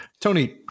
tony